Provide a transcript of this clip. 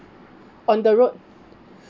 on the road